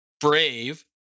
brave